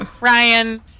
Ryan